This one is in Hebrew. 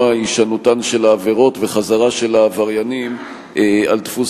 הישנותן של העבירות וחזרה של העבריינים על דפוס